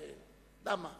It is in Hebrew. למה?